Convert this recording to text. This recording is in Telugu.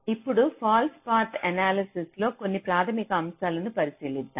ఇప్పుడు ఫాల్స్ పాత్ ఎనాలసిస్ లో కొన్ని ప్రాథమిక అంశాలను పరిశీలిద్దాం